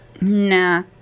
Nah